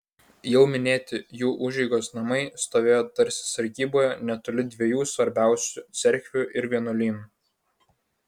jau minėti jų užeigos namai stovėjo tarsi sargyboje netoli dviejų svarbiausių cerkvių ir vienuolynų